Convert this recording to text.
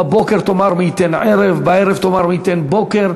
בבוקר תאמר מי ייתן ערב ובערב תאמר מי ייתן בוקר.